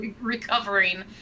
recovering